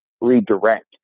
redirect